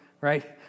right